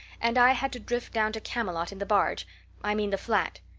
and i had to drift down to camelot in the barge i mean the flat.